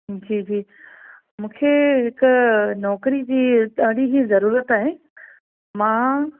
हूं जी जी मूंखे हिक नौकिरी जी ॾाढी ई जरूरत आहे मां